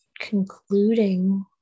concluding